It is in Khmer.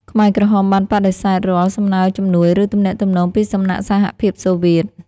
ខ្មែរក្រហមបានបដិសេធរាល់សំណើជំនួយ ឬទំនាក់ទំនងពីសំណាក់សហភាពសូវៀត។